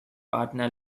partner